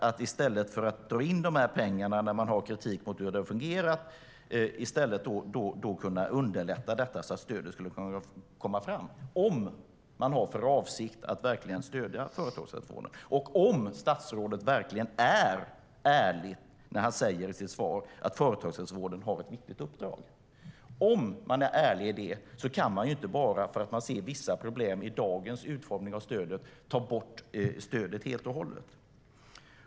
I stället för att dra in pengarna när det finns kritik mot hur det har fungerat skulle man kunna underlätta för stödet att komma fram, om man har för avsikt att verkligen stödja företagshälsovården och om statsrådet verkligen är ärlig när han säger i sitt svar att företagshälsovården har ett viktigt uppdrag. Om man är ärlig i det kan man inte, bara för att man ser vissa problem med dagens utformning av stödet, ta bort stödet helt och hållet.